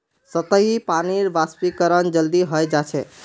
सतही पानीर वाष्पीकरण जल्दी हय जा छे